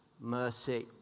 mercy